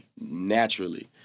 naturally